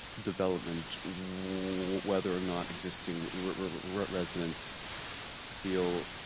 development, whether or not existing residents feel